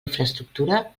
infraestructura